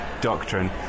doctrine